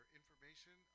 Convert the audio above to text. information